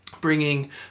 bringing